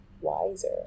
wiser